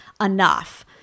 enough